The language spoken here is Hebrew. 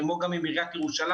כמו גם עם עיריית ירושלים,